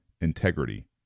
integrity